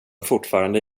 fortfarande